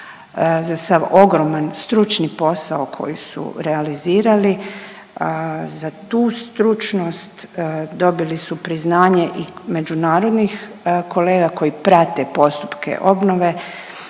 za sav ogroman stručni posao koji su realizirali. Za tu stručnost dobili su priznanje i međunarodnih kolega koji prate postupke obnove